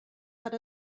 that